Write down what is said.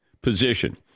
position